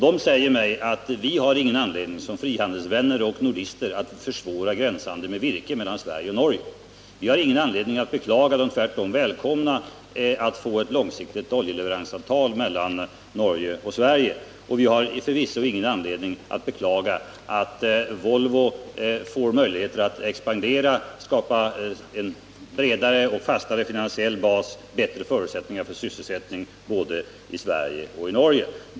De säger mig att vi som frihandelsvänner och nordister inte har någon anledning att försvåra gränshandeln med virke mellan Sverige och Norge. Vi har ingen anledning att beklaga, utan välkomnar tvärtom, ett långsiktigt oljeleveransavtal mellan Norge och Sverige. Vi har förvisso ingen anledning att beklaga att Volvo får möjlighet att expandera och skapa en bredare och fastare finansiell bas och bättre förutsättningar för sysselsättningen både i Sverige och i Norge.